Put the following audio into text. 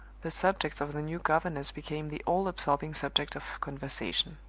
the subject of the new governess became the all-absorbing subject of conversation.